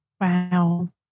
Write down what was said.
Wow